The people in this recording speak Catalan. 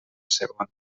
segon